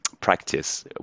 practice